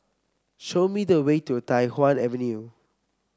show me the way to Tai Hwan Avenue